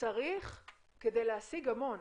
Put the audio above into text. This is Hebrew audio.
צריך כדי להשיג המון.